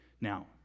Now